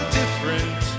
different